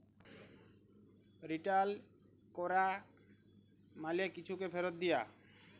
return ক্যরা মালে কিছুকে ফিরত দিয়া